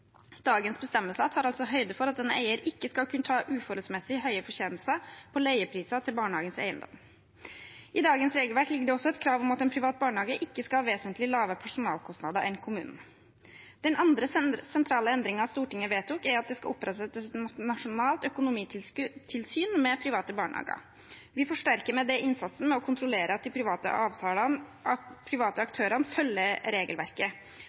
Dagens bestemmelser tar altså høyde for at en eier ikke skal kunne ta uforholdsmessig høy fortjeneste på leiepriser til barnehagens eiendom. I dagens regelverk ligger det også et krav om at en privat barnehage ikke skal ha vesentlig lavere personalkostnader enn kommunen. Den andre sentrale endringen Stortinget vedtok, er at det skal opprettes et nasjonalt økonomitilsyn med private barnehager. Vi forsterker med det innsatsen med å kontrollere at de private aktørene følger regelverket. Det bygger på en erkjennelse av at